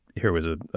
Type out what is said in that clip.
here was a